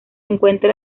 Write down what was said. encuentra